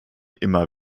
immer